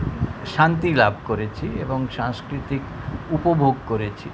শান্তি লাভ করেছি এবং সংস্কৃতি উপভোগ করেছি